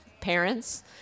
parents